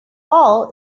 hall